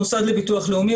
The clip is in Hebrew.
המוסד לביטוח לאומי,